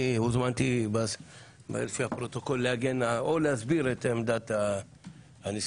והוזמנתי לפי הפרוטוקול להגן או להסביר את עמדת הנשיאות.